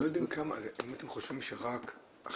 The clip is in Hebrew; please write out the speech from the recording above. אתם לא יודעים כמה אם אתם חושבים שרק עכשיו